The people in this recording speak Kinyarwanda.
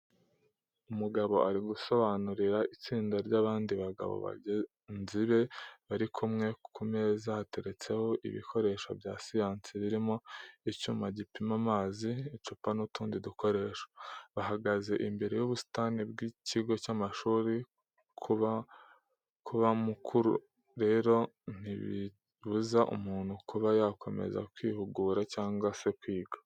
Umugabo ari gusobanurira itsinda ry’abandi bagabo bagenzi be bari kumwe, ku meza hateretseho ibikoresho bya siyansi birimo icyuma gipima amazi, icupa n’utundi dukoresho. Bahagaze imbere y’ubusitani bw’ikigo cy’amashuri. Kuba mukuru rero ntibibuza umuntu kuba yakomeza kwihugura cyangwa se kwiga.